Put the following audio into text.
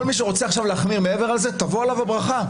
כל מי שרוצה להחמיר מעבר לזה, תבוא עליו הברכה.